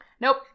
Nope